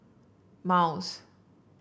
miles